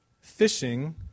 fishing